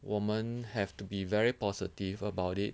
我们 have to be very positive about it